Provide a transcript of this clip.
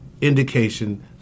indication